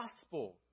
gospel